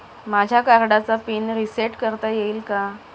माझ्या कार्डचा PIN reset करता येईल का?